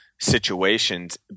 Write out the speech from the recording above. situations